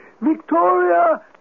Victoria